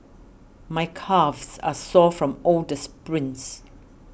my calves are sore from all the sprints